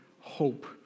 hope